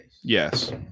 Yes